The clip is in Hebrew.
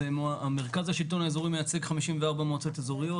מרכז השלטון האזורי מייצג 54 מועצות אזוריות.